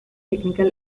technical